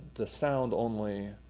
the sound only